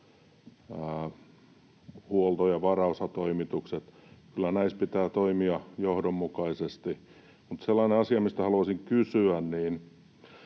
huolto‑ ja varaosatoimitukset. Kyllä näissä pitää toimia johdonmukaisesti. Sellainen asia, mistä haluaisin kysyä,